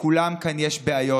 לכולם כאן יש בעיות.